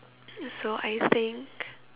so I think